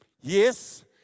Yes